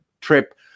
trip